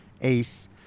ACE